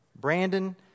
Brandon